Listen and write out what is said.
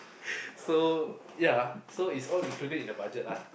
so ya so it's all included in the budget lah